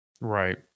Right